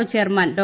O chairman Dr